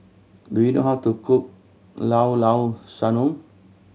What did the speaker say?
do you know how to cook Llao Llao Sanum